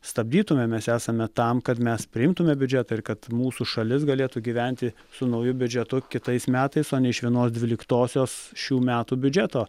stabdytume mes esame tam kad mes priimtume biudžetą ir kad mūsų šalis galėtų gyventi su nauju biudžetu kitais metais o ne iš vienos dvyliktosios šių metų biudžeto